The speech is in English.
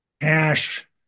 Ash